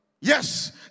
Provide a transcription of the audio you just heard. Yes